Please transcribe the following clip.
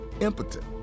impotent